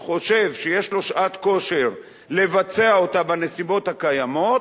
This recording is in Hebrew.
שהוא חושב שיש לו שעת כושר לבצע אותה בנסיבות הקיימות,